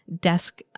desk